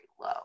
low